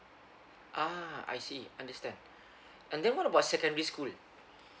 ah I see understand and then what about secondary school